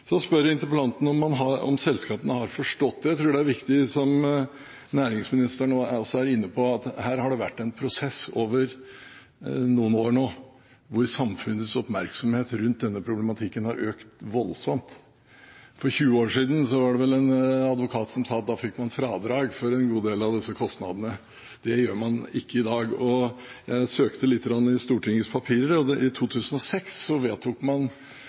selskapene har forstått det. Jeg tror det er viktig, som næringsministeren var inne på, at her har det vært en prosess over noen år nå, og hvor samfunnets oppmerksomhet rundt denne problematikken har økt voldsomt. For 20 år siden, sa en advokat, fikk man fradrag for en god del av disse kostnadene. Det gjør man ikke i dag. Jeg søkte lite grann i Stortingets papirer. I 2006 vedtok man FNs konvensjon mot korrupsjon, som var det første globale virkemidlet mot korrupsjon. Det kom ikke tidligere enn i 2003. Så